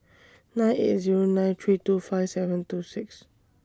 nine eight Zero nine three two five seven two six